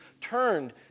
turned